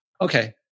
Okay